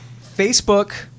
Facebook